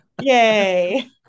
Yay